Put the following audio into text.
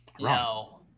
No